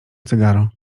cygaro